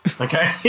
okay